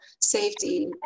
safety